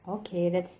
okay that's